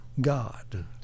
God